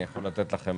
אני יכול לתת לכם